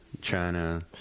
China